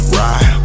ride